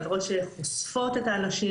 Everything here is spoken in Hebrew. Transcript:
עבירות שחושפות את האנשים,